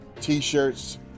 T-shirts